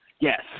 yes